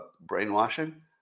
brainwashing